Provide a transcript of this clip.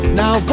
now